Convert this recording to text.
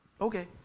okay